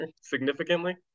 significantly